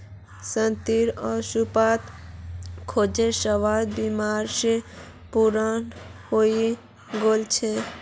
शांतिर अस्पताल खर्च स्वास्थ बीमा स पूर्ण हइ गेल छ